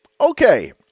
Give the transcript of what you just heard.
okay